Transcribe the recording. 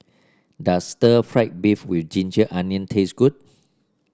does Stir Fried Beef with ginger onion taste good